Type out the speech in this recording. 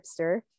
hipster